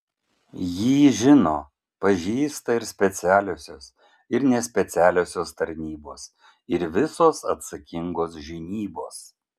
jį žino pažįsta ir specialiosios ir nespecialiosios tarnybos ir visos atsakingos žinybos